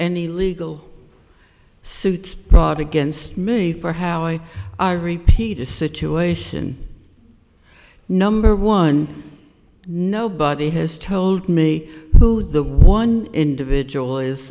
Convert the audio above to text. ny legal suits brought against me for how i i repeat a situation number one nobody has told me who the one individual